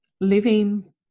living